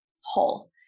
whole